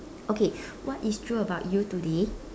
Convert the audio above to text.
okay what is true about you today